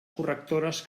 correctores